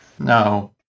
No